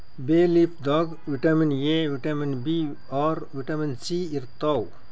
ಬೇ ಲೀಫ್ ದಾಗ್ vitamin A, vitamin B ಆರ್, ವಿಟಮಿನ್ ಸಿ ಇರ್ತವ್